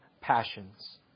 passions